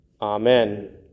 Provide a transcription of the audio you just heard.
Amen